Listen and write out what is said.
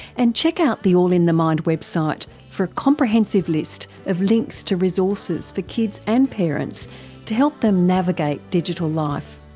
and check out the all in the mind website for a comprehensive list of links to resources for kids and parents to help them navigate digital life.